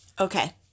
Okay